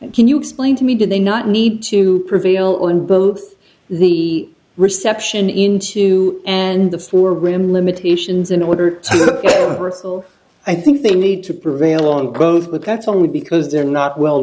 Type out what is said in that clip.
and can you explain to me did they not need to prevail in both the reception in two and the four room limitations in order i think they need to prevail on both but that's only because they're not well